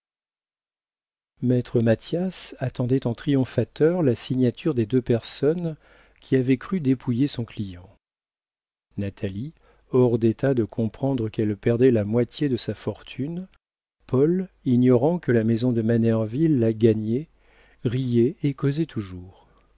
maître mathias attendait en triomphateur la signature des deux personnes qui avaient cru dépouiller son client natalie hors d'état de comprendre qu'elle perdait la moitié de sa fortune paul ignorant que la maison de manerville la gagnait riaient et causaient toujours